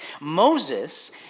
Moses